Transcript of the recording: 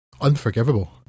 unforgivable